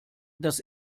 dass